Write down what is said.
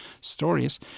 stories